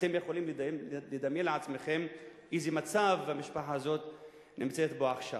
אתם יכולים לדמיין לעצמכם באיזה מצב המשפחה הזו נמצאת עכשיו.